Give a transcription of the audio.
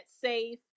safe